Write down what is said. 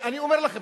אני אומר לכם,